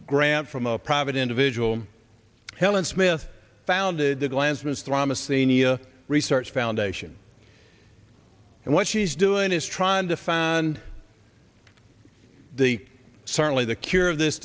grant from a private individual helen smith founded the glans ms drama senior research foundation and what she's doing is trying to found the certainly the cure of this